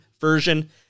version